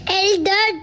elder